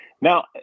Now